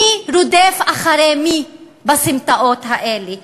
מי רודף אחרי מי בסמטאות האלה,